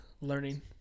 learning